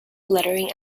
lettering